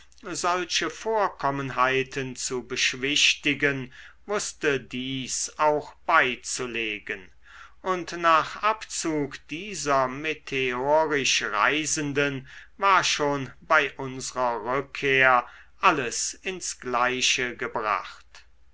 solche vorkommenheiten zu beschwichtigen wußte dies auch beizulegen und nach abzug dieser meteorisch reisenden war schon bei unsrer rückkehr alles ins gleiche gebracht